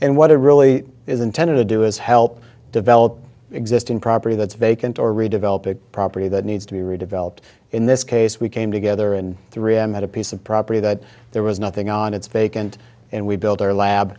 and what it really is intended to do is help develop existing property that's vacant or redevelop a property that needs to be redeveloped in this case we came together and three m had a piece of property that there was nothing on it's fake and and we built our lab